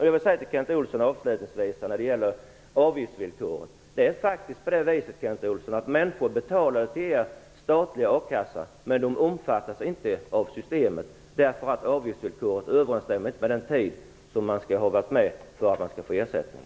Jag vill avslutningsvis när det gäller avgiftsvillkoren säga till Kent Olsson att människor faktiskt betalar till er statliga arbetslöshetskassa utan att omfattas av systemet, eftersom avgiftsvillkoret inte överensstämmer med den tid som man behöver ha varit ansluten för att få ersättning.